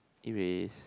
erase